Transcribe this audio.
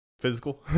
physical